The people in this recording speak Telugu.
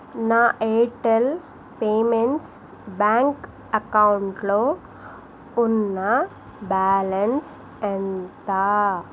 నా ఎయిర్టెల్ పేమెంట్స్ బ్యాంక్ అకౌంటు లో ఉన్న బ్యాలెన్స్ ఎంత